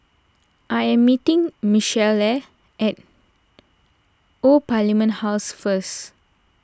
I am meeting Michaela at Old Parliament House first